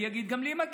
אני אגיד: גם לי מגיע,